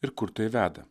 ir kur tai veda